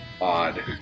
odd